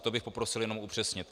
To bych poprosil jenom upřesnit.